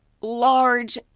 large